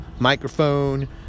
microphone